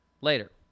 later